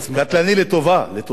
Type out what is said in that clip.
קטלני לטובה, לטובה.